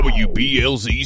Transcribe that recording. wblz